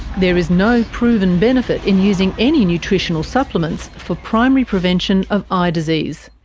there is no proven benefit in using any nutritional supplements for primary prevention of ah eye disease.